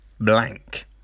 blank